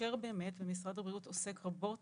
ומשרד הבריאות עוסק רבות